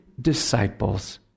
disciples